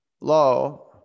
low